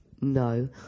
No